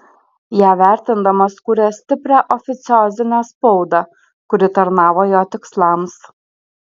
ją vertindamas kūrė stiprią oficiozinę spaudą kuri tarnavo jo tikslams